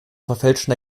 verfälschten